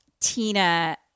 Tina